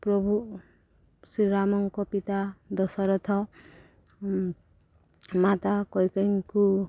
ପ୍ରଭୁ ଶ୍ରୀରାମଙ୍କ ପିତା ଦଶରଥ ମାତା କୈକେୟୀଙ୍କୁ